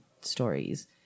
stories